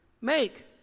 make